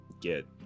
get